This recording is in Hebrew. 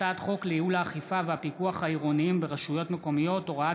הצעת חוק לייעול האכיפה והפיקוח העירוניים ברשויות המקומיות (הוראת